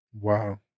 Wow